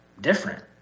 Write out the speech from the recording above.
different